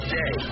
day